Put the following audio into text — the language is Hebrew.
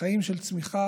חיים של צמיחה